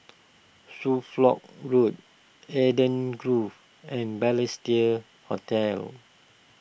Road Eden Grove and Balestier Hotel